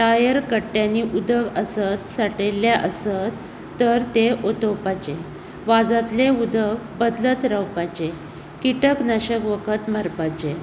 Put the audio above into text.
tyre कट्यांनी उदक आसत साठयल्ले आसत तर तें ओतोवपाचे वाजातले उदक बदलत रावपाचे किटक नाशक वखत मारपाचे